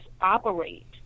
operate